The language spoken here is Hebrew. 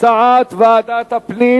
הצעת ועדת הפנים